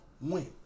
win